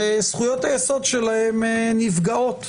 וזכויות היסוד שלהן נפגעות.